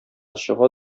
чыга